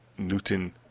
newton